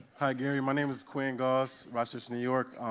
hi, gary, my name is quentin gause, rochester, new york.